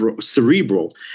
cerebral